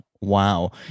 Wow